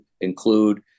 include